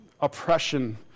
oppression